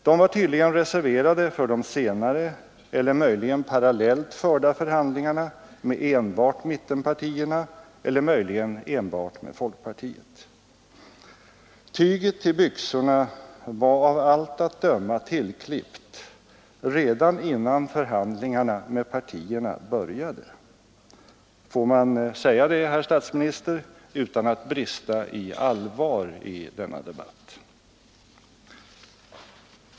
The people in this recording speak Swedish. De var tydligen reserverade för de senare eller möjligen parallellt förda förhandlingarna enbart med mittenpartierna eller möjligen enbart med folkpartiet. Tyget till byxorna var av allt att döma tillklippt redan innan förhandlingarna med partierna började. Får man säga så, herr statsminister, utan att brista i allvar i denna debatt?